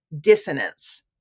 dissonance